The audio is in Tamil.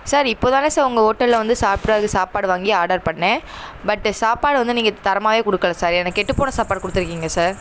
சார் இப்போது தானே சார் உங்கள் ஓட்டலில் வந்து சாப்பிறக்கு சாப்பாடு வாங்கி ஆர்டர் பண்ணிணேன் பட்டு சாப்பாடு வந்து நீங்கள் தரமாகவே கொடுக்கல சார் எனக்கு கெட்டு போன சாப்பாடு கொடுத்துருக்கீங்க சார்